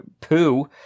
poo